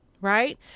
Right